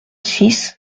six